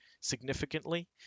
significantly